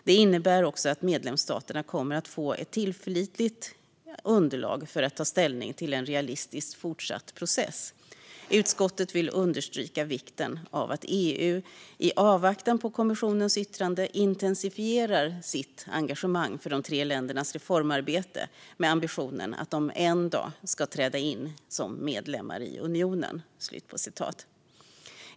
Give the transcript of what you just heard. Det innebär också att medlemsstaterna kommer att få ett tillförlitligt underlag för att ta ställning till en realistisk fortsatt process. Utskottet vill understryka vikten av att EU i avvaktan på kommissionens yttranden intensifierar sitt engagemang för de tre ländernas reformarbete med ambitionen att de en dag ska träda in som medlemmar i unionen."